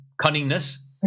cunningness